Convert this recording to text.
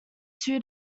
two